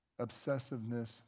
Obsessiveness